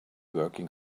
working